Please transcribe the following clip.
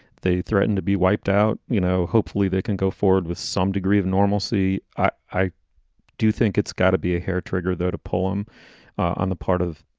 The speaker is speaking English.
they threatened to be wiped out. you know, hopefully they can go forward with some degree of normalcy. i i do think it's got to be a hair trigger, though, to pull them on the part of,